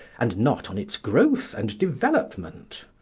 and not on its growth and development.